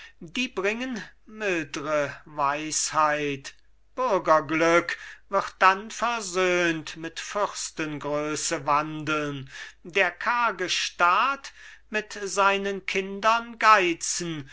die bringen mildre weisheit bürgerglück wird dann versöhnt mit fürstengröße wandeln der karge staat mit seinen kindern geizen